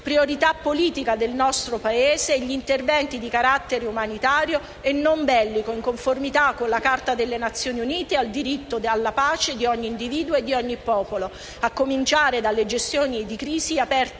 priorità politica del nostro Paese gli interventi di carattere umanitario e non bellico, in conformità con la Carta delle Nazioni Unite e con il diritto alla pace di ogni individuo e popolo, a cominciare dalle gestioni di crisi aperte